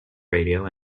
radio